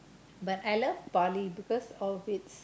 but I love Bali because of its